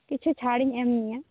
ᱠᱤᱪᱷᱩ ᱪᱷᱟᱲ ᱤᱧ ᱮᱢ ᱢᱮᱭᱟ